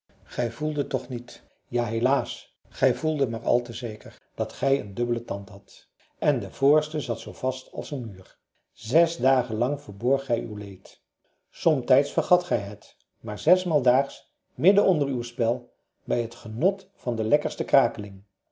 gij voelde toch niet ja helaas gij voelde maar al te zeker dat gij een dubbelen tand hadt en de voorste zat zoo vast als een muur zes dagen lang verborgt gij uw leed somtijds vergat gij het maar zesmaal daags midden onder uw spel bij het genot van de lekkerste krakeling